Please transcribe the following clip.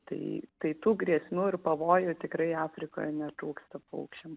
tai tai tų grėsmių ir pavojų tikrai afrikoje netrūksta paukščiam